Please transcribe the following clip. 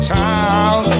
town